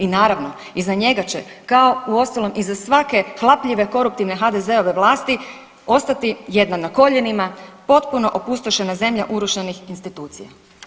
I naravno iza njega će, kao uostalom iza svake hlapljive koruptivne HDZ-ove vlasti ostati jedna na koljenima potpuno opustošena zemlja urušenih institucija.